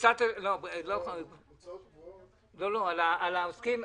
לא כדאי לבעל אולם להפסיד 75%,